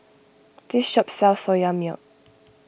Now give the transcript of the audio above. this shop sells Soya Milk